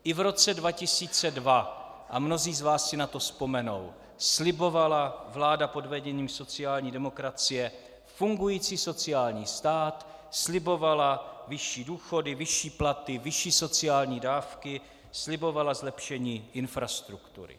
I v roce 2002, a mnozí z vás si na to vzpomenou, slibovala vláda pod vedením sociální demokracie fungující sociální stát, slibovala vyšší důchody, vyšší platy, vyšší sociální dávky, slibovala zlepšení infrastruktury.